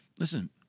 Listen